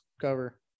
cover